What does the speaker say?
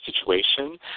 situation